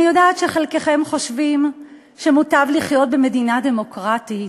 אני יודעת שחלקכם חושבים שמוטב לחיות במדינה דמוקרטית,